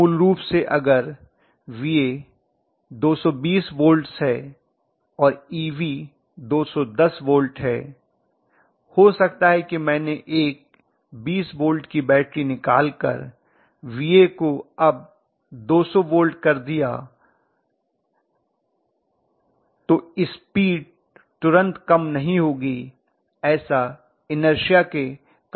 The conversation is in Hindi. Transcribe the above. मूल रूप से अगर Va 220 volts है और Eb 210 volts है हो सकता है कि मैंने एक 20 volts की बैटरी निकालकर Va को अब 200 volts कर दिया है तो स्पीड तुरंत कम नहीं होगी ऐसा इनर्श के कारण होगा